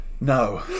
No